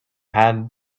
had